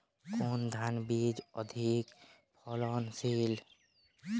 কোন ধান বীজ অধিক ফলনশীল?